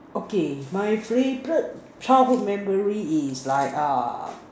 okay my favourite childhood memory is like uh